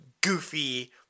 goofy –